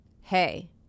hey